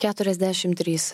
keturiasdešimt trys